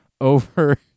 over